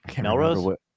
melrose